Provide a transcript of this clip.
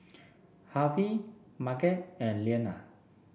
Harvy Marget and Leanna